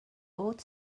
old